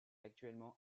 actuellement